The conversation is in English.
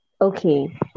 okay